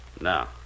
No